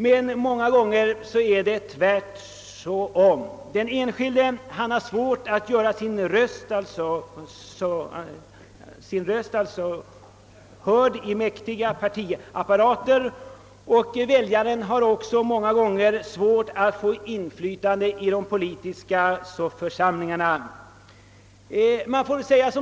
Men ofta är det tvärtom: den enskilde har svårt att göra sin röst hörd i mäktiga partiapparater, och väljaren har också många gånger svårt att få inflytande i de politiska församlingarna. Man får väl säga,